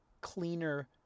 cleaner